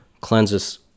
cleanses